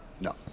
No